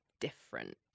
different